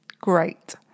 Great